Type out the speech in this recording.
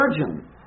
virgin